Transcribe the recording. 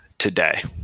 Today